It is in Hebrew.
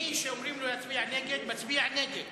מי שאומרים לו להצביע נגד, מצביע נגד.